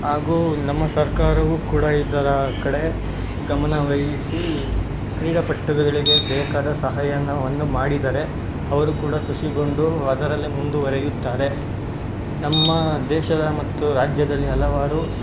ಹಾಗೂ ನಮ್ಮ ಸರ್ಕಾರವು ಕೂಡ ಇದರ ಕಡೆ ಗಮನವಹಿಸಿ ಕ್ರೀಡಾಪಟುಗಳಿಗೆ ಬೇಕಾದ ಸಹಾಯನ ವನ್ನು ಮಾಡಿದರೆ ಅವರು ಕೂಡ ಖುಷಿಗೊಂಡು ಅದರಲ್ಲೇ ಮುಂದುವರೆಯುತ್ತಾರೆ ನಮ್ಮ ದೇಶದ ಮತ್ತು ರಾಜ್ಯದಲ್ಲಿ ಹಲವಾರು